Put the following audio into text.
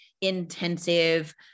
intensive